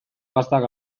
gaztak